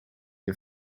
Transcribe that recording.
een